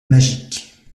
magique